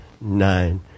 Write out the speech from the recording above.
nine